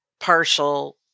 partial